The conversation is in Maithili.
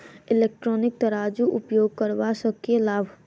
इलेक्ट्रॉनिक तराजू उपयोग करबा सऽ केँ लाभ?